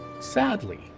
sadly